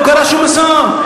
לא קרה שום אסון.